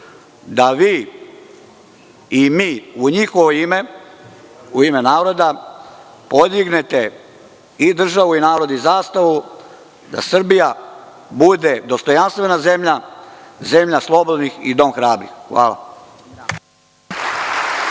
da vi i mi u njihovo ime, u ime narodna, podignete i državu i narod i zastavu, da Srbija bude dostojanstvena zemlja, i dom hrabrih. Hvala.